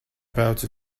about